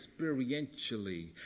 experientially